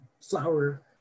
flower